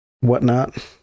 Whatnot